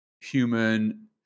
human